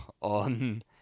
on